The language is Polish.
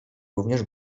również